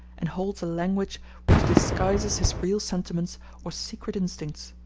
and holds a language which disguises his real sentiments or secret instincts.